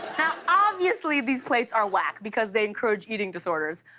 now, obviously these plates are wack because they encourage eating disorders.